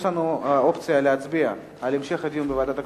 יש לנו אופציה להצביע על המשך הדיון בוועדת הכספים,